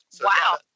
Wow